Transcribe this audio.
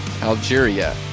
Algeria